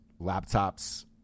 laptops